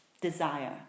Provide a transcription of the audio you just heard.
desire